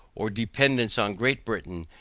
or dependance on great britain,